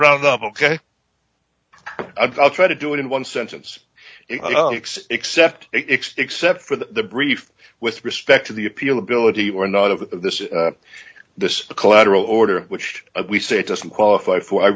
ground up ok i'll try to do it in one sentence except except for the brief with respect to the appeal ability or not of this is this the collateral order which we say doesn't qualify for i